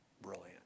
Brilliant